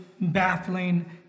baffling